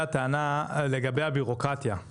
הם אומרים, ההשקעה היא בסדר, היא מגיעה.